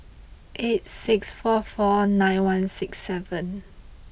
eight six four four nine one six seven